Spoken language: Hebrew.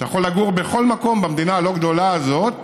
אתה יכול לגור בכל מקום במדינה הלא-גדולה הזאת,